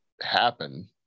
happen